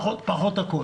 פחות הכול.